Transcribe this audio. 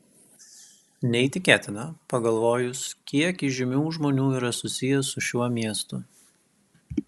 neįtikėtina pagalvojus kiek įžymių žmonių yra susiję su šiuo miestu